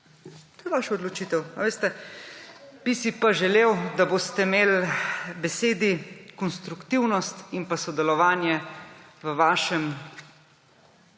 To je vaša odločitev, veste. Bi si pa želel, da bosta imeli besedi konstruktivnost in sodelovanje v vašem